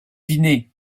vinay